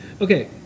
Okay